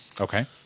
Okay